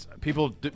people